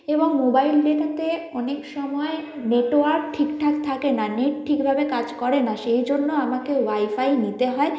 এবং মোবাইল ডেটাতে অনেক সময় নেটওয়ার্ক ঠিকঠাক থাকে না নেট ঠিকভাবে কাজ করে না সেই জন্য আমাকে ওয়াইফাই নিতে হয়